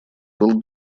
был